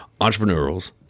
entrepreneurs